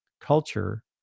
culture